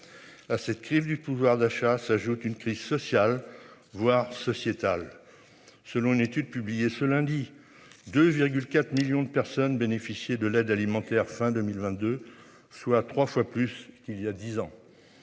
À cette crise du pouvoir d'achat s'ajoute une crise sociale voire sociétal. Selon une étude publiée ce lundi de 4 millions de personnes bénéficier de l'aide alimentaire. Fin 2022, soit 3 fois plus qu'il y a 10 ans.